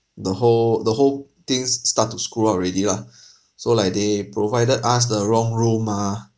the whole the whole things start to screw up already lah so like they provided us the wrong room mah